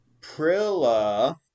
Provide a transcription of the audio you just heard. Prilla